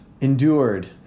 endured